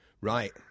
Right